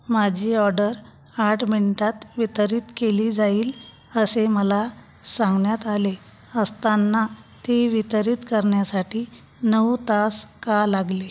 माझी ऑडर आठ मिनिटांत वितरित केली जाईल असे मला सांगण्यात आले असताना ती वितरित करण्यासाठी नऊ तास का लागले